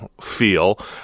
feel